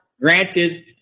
granted